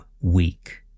weak